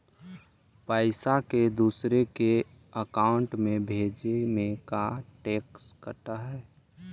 पैसा के दूसरे के अकाउंट में भेजें में का टैक्स कट है?